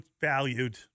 valued